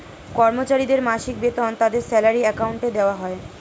কর্মচারীদের মাসিক বেতন তাদের স্যালারি অ্যাকাউন্টে দেওয়া হয়